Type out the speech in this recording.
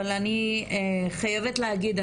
אבל אני חייבת להגיד,